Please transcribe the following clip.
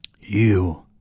You